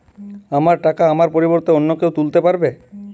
আমার টাকা আমার পরিবর্তে অন্য কেউ তুলতে পারবে?